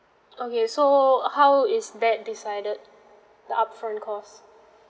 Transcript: okay so how is that decided the upfront cost